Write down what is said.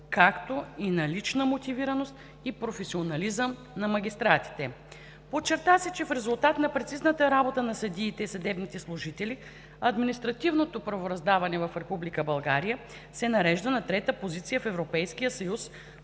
както и на лична мотивираност и професионализъм на магистратите. Подчерта се, че в резултат на прецизната работа на съдиите и съдебните служители административното правораздаване в България се нарежда на трета позиция в